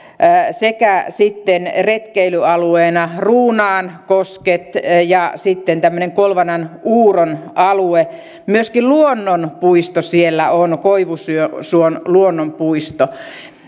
sekä retkeilyalueena ruunaan kosket ja sitten kolvananuuron alue myöskin luonnonpuisto siellä on koivusuon luonnonpuisto